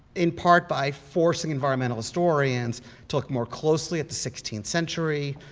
in part by forcing environmental historians to look more closely at the sixteenth century,